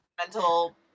Mental